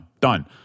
Done